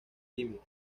química